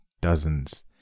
Dozens